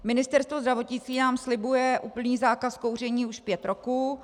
Ministerstvo zdravotnictví nám slibuje úplný zákaz kouření už pět roků.